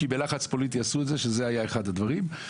כי בלחץ פוליטי עשו את זה שזה היה אחד הדברים.